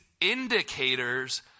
indicators